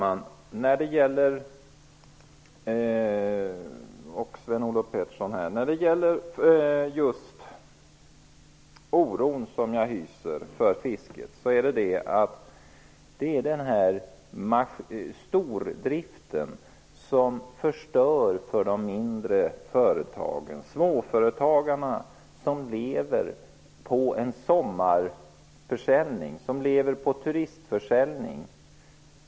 Herr talman! Sven-Olof Petersson, den oro jag hyser för fisket gäller stordriften som förstör för de mindre företagen. Småföretagarna lever på en sommar och turistförsäljning.